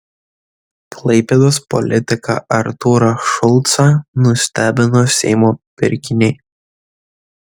klaipėdos politiką artūrą šulcą nustebino seimo pirkiniai